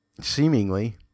seemingly